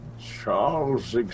Charles